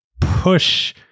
push